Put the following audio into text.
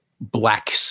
black